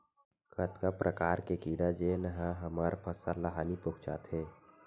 कतका प्रकार के कीड़ा जेन ह हमर फसल ल हानि पहुंचाथे?